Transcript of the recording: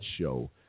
show